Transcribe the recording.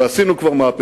וכבר עשינו מהפכות,